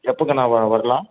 எப்பங்க அண்ணா வ வரலாம்